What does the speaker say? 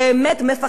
שישבו,